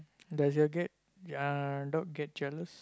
does your get uh dog get jealous